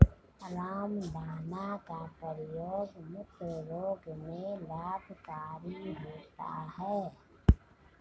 रामदाना का प्रयोग मूत्र रोग में लाभकारी होता है